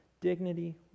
dignity